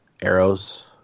Arrows